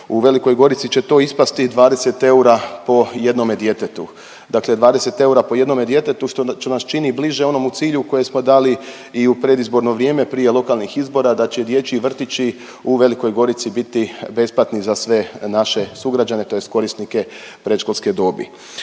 U Velikoj Gorici će to ispasti 20 eura po jednome djetetu. Dakle 20 eura po jednome djetetu, što nas čini bliže onomu cilju koji smo dali i u predizborno vrijeme prije lokalnih izbora, da će dječji vrtići u Velikoj Gorici biti besplatni za sve naše sugrađane, tj. korisnike predškolske dobi.